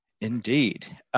Indeed